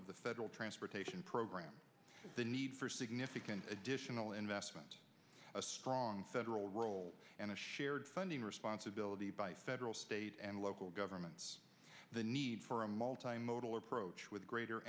of the federal transportation program the need for significant additional investment a strong federal role and a shared funding responsibility by federal state and local governments the need for a multi modal approach with greater